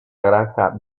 granja